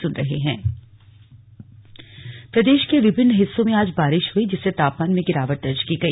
मौसम प्रदेश के विभिन्न हिस्सों में आज बारिश हई जिससे तापमान में गिरावट दर्ज की गई